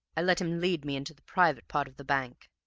i let him lead me into the private part of the bank.